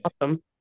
awesome